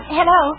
hello